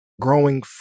growing